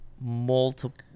multiple